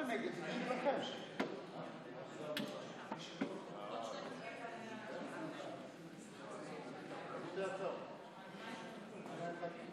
להעביר את הצעת חוק לעניין ועדות הכנסת (תיקוני חקיקה והוראת שעה),